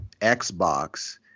Xbox